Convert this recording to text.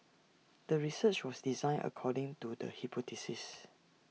the research was designed according to the hypothesis